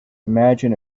imagine